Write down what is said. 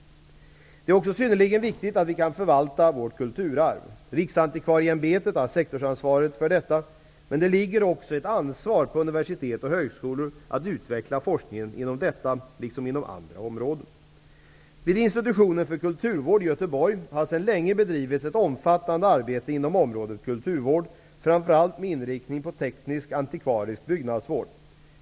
Det är också synnerligen viktigt att vi kan förvalta vårt kulturarv. Riksantikvarieämbetet har sektorsansvaret för detta. Men det ligger också ett ansvar på universitet och högskolor att utveckla forskningen inom detta liksom inom andra områden. Vid institutionen för kulturvård i Göteborg har sedan länge bedrivits ett omfattande arbete inom området kulturvård, framför allt med inriktning på teknisk antikvarisk byggnadsvård.